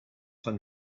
fin